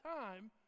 time